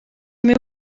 meu